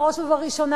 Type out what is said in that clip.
בראש ובראשונה,